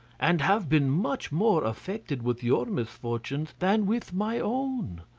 and have been much more affected with your misfortunes than with my own.